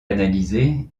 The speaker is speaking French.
analysé